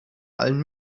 allen